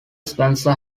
spencer